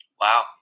wow